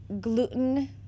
gluten